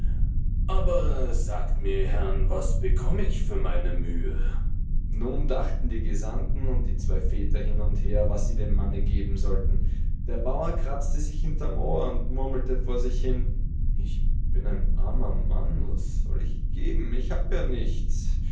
aber sagt mir ihr herren was bekomme ich für meine mühe nun dachten die gesandten und die zwei väter hin und her was sie dem manne geben sollten der bauer kratzte sich hinterm ohr und murmelte vor sich hin ich armer mann was soll ich geben ich hab ja nichts